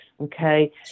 Okay